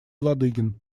ладыгин